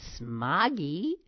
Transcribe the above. smoggy